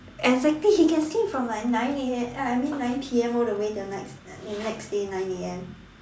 exactly he can sleep from like nine A_M uh I mean nine P_M all the way to ne~ next day nine A_M